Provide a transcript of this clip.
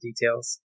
details